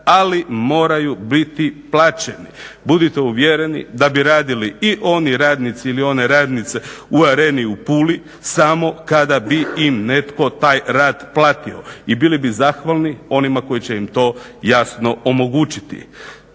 ali moraju biti plaćeni. Budite uvjereni da bi radili i oni radnici ili one radnice u Areni u Puli samo kada bi im netko taj rad platio i bili bi zahvalni onima koji će im to jasno omogućiti.